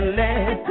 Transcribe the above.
let